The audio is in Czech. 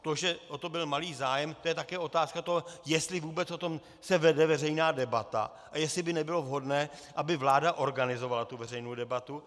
To, že o to byl malý zájem, to je také otázka toho, jestli se o tom vůbec vede veřejná debata a jestli by nebylo vhodné, aby vláda organizovala tu veřejnou debatu.